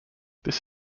this